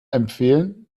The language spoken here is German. empfehlen